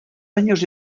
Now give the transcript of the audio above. años